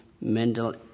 mental